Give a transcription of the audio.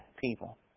people